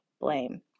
blame